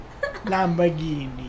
Lamborghini